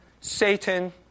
Satan